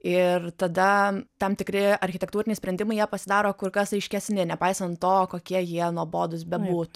ir tada tam tikri architektūriniai sprendimai jie pasidaro kur kas aiškesni nepaisant to kokie jie nuobodūs bebūtų